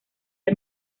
del